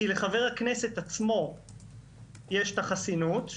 כי לחבר הכנסת עצמו יש חסינות,